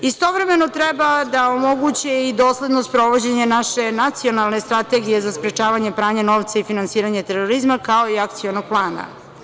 Istovremeno, treba da omoguće i dosledno sprovođenje naše nacionalne strategije za sprečavanje pranja novca i finansiranje terorizma, kao i akcionog plana.